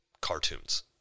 cartoons